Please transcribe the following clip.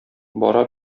бара